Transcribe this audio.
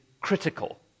critical